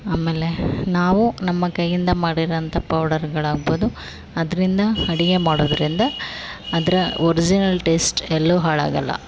ಆಮೇಲೆ ನಾವು ನಮ್ಮ ಕೈಯಿಂದ ಮಾಡಿರೋವಂಥ ಪೌಡರುಗಳಾಗ್ಬೋದು ಅದರಿಂದ ಅಡುಗೆ ಮಾಡೋದರಿಂದ ಅದರ ಒರಿಜಿನಲ್ ಟೇಸ್ಟ್ ಎಲ್ಲೂ ಹಾಳಾಗೋಲ್ಲ